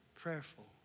prayerful